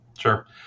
Sure